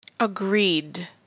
Agreed